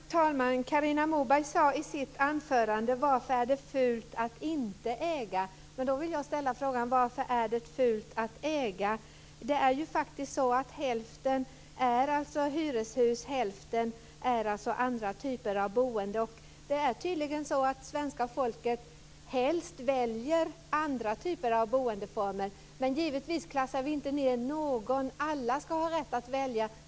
Fru talman! Carina Moberg frågade i sitt anförande: Varför är det fult att inte äga? Jag vill ställa frågan: Varför är det fult att äga? Hälften av allt boende är i hyreshus, och hälften är i andra typer av boende. Det är tydligen så att svenska folket helst väljer andra typer av boendeformer. Givetvis klassar vi inte ned någon. Alla skall ha rätt att välja.